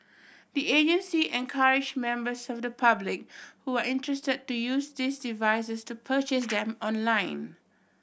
the agency encouraged members of the public who are interested to use these devices to purchase them online